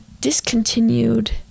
discontinued